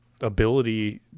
ability